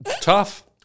tough